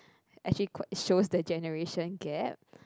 actually quite shows the generation gap